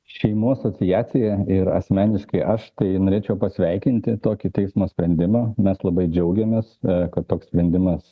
šeimų asociacija ir asmeniškai aš tai norėčiau pasveikinti tokį teismo sprendimą mes labai džiaugiamės kad toks sprendimas